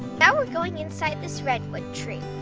now we're going inside this redwood tree.